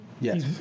Yes